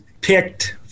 picked